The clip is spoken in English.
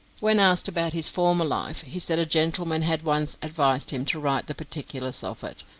when asked about his former life, he said a gentleman had once advised him to write the particulars of it,